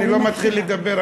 אני לא מתחיל לדבר,